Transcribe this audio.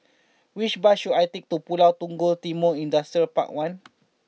which bus should I take to Pulau Punggol Timor Industrial Park one